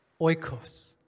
oikos